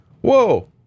whoa